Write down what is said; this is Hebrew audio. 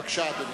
בבקשה, אדוני.